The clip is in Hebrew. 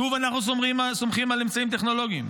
שוב אנחנו סומכים על אמצעים טכנולוגיים.